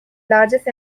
largest